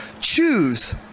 choose